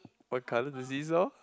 what colour the seesaw